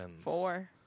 four